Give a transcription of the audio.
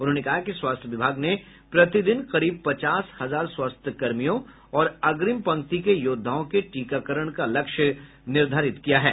उन्होंने कहा कि स्वास्थ्य विभाग ने प्रति दिन करीब पचास हजार स्वास्थ्य कर्मियों और अग्रिम पंक्ति के योद्वाओं के टीकाकरण का लक्ष्य निर्धारित किया है